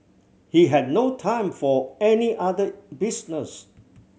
he had no time for any other business